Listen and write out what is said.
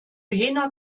jener